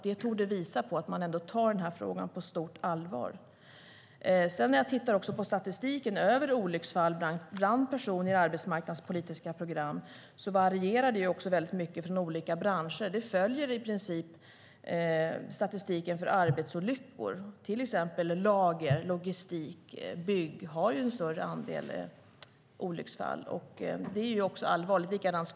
Det torde visa på att man tar frågan på stort allvar. Statistiken över olycksfall bland personer i arbetsmarknadspolitiska program varierar starkt mellan olika branscher. Den följer i princip statistiken för arbetsolyckor. Till exempel har lager-, logistik-, bygg och skogsarbete en större andel olycksfall. Det är allvarligt.